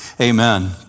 amen